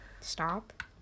Stop